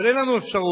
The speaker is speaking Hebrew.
אבל אין לנו אפשרות